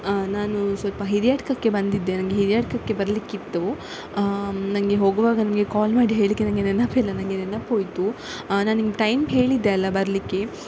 ನಾನು ಸ್ವಲ್ಪ ಹಿರಿಯಡ್ಕಕ್ಕೆ ಬಂದಿದ್ದೆ ನಂಗೆ ಹಿರಿಯಡ್ಕಕ್ಕೆ ಬರಲಿಕ್ಕಿತ್ತು ನನಗೆ ಹೋಗುವಾಗ ನನಗೆ ಕಾಲ್ ಮಾಡಿ ಹೇಳಿಕೆ ನನಗೆ ನೆನಪಿಲ್ಲ ನನಗೆ ನೆನಪೋಯಿತು ನಾನು ನಿಮ್ಗೆ ಟೈಮ್ ಹೇಳಿದ್ದೆ ಅಲ್ಲ ಬರಲಿಕ್ಕೆ